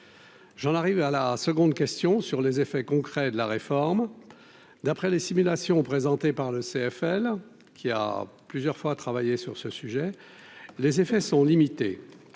J'en arrive à la seconde question sur les effets concrets de la réforme, d'après les simulations présentées par le CFL qui a plusieurs fois à travailler sur ce sujet, les effets sont limités,